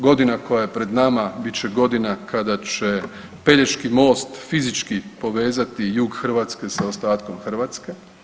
Godina koja je pred nama bit će godina kada će Pelješki most fizički povezati jug Hrvatske sa ostatkom Hrvatske.